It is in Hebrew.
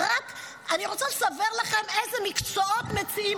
אני רוצה לספר לכם איזה מקצועות מציעים